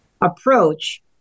approach